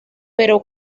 pero